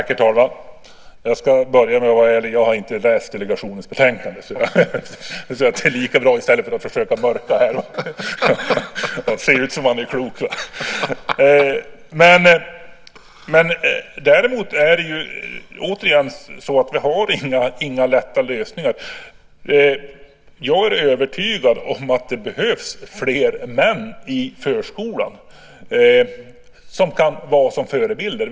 Herr talman! Jag ska börja med att vara ärlig. Jag har inte läst delegationens betänkande. Jag tror att det är lika bra att säga det i stället för att försöka mörka här och se ut som om man är klok. Vi har inga lätta lösningar. Jag är övertygad om att det behövs fler män i förskolan som kan vara förebilder.